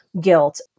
guilt